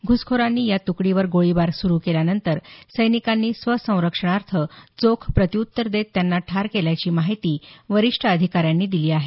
घ्रसखोरांनी या तुकडीवर गोळीबार सुरू केल्यानंतर सैनिकांनी स्वसंरक्षणार्थ चोख प्रत्यूत्तर देत त्यांना ठार केल्याची माहिती वरिष्ठ अधिकाऱ्यांनी दिली आहे